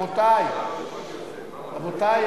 בהתאם לכך,